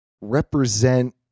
represent